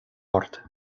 ort